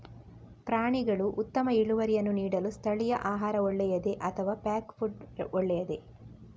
ಪ್ರಾಣಿಗಳು ಉತ್ತಮ ಇಳುವರಿಯನ್ನು ನೀಡಲು ಸ್ಥಳೀಯ ಆಹಾರ ಒಳ್ಳೆಯದೇ ಅಥವಾ ಪ್ಯಾಕ್ ಫುಡ್ ಒಳ್ಳೆಯದೇ?